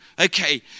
okay